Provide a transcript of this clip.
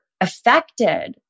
affected